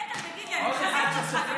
איתן, תגיד לי, אני מחזקת אותך.